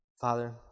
Father